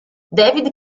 david